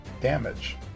damage